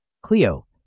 Cleo